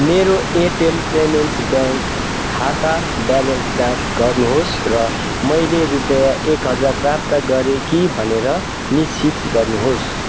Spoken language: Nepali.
मेरो एयरटेल पेमेन्ट्स ब्याङ्क खाता ब्यालेन्स जाँच गर्नुहोस् र मैले रुपियाँ एक हजार प्राप्त गरेँ कि भनेर निश्चित गर्नुहोस्